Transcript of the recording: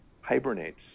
hibernates